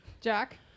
Jack